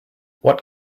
what